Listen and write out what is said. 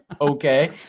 okay